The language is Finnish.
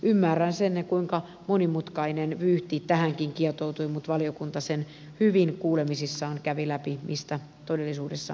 ymmärrän sen kuinka monimutkainen vyyhti tähänkin kietoutui mutta valiokunta sen hyvin kuulemisissaan kävi läpi mistä todellisuudessa on kysymys